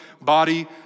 body